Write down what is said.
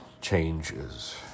changes